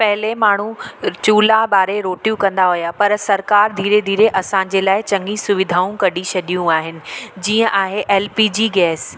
पहिले माण्हू चूल्हा ॿारे रोटियूं कंदा हुया पर सरकार धीरे धीरे असांजे लाइ चङी सुविधाऊं कढी छॾियूं आहिनि जीअं आहे एल पी जी गैस